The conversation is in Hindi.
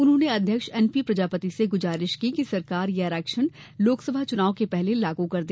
उन्होंने अध्यक्ष एनपी प्रजापति से गुजारिश की कि सरकार ये आरक्षण लोकसभा चुनाव के पहले लागू कर दे